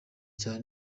cyane